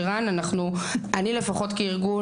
אני לפחות כארגון,